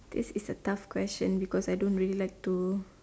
this is a tough question because I don't really like to